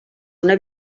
una